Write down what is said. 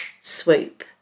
swoop